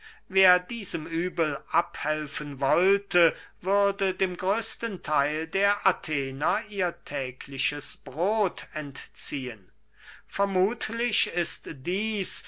wer diesem übel abhelfen wollte würde dem größten theil der athener ihr tägliches brot entziehen vermuthlich ist dieß